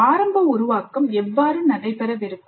ஆரம்ப உருவாக்கம் எவ்வாறு நடைபெறவிருக்கும்